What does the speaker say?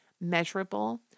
Measurable